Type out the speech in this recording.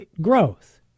growth